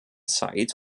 zeit